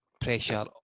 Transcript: pressure